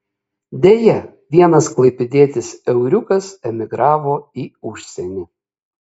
deja vienas klaipėdietis euriukas emigravo į užsienį